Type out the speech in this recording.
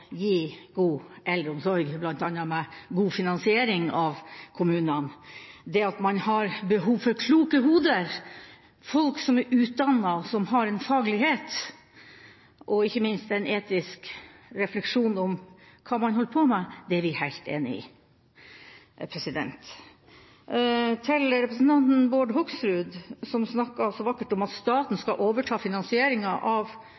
gi god eldreomsorg, bl.a. med god finansiering av kommunene. Det at man har behov for kloke hoder, folk som er utdannet, og som har faglighet, og ikke minst en etisk refleksjon rundt hva man holder på med, er vi helt enig i. Til representanten Bård Hoksrud, som snakket så vakkert om at staten skal overta finansieringa av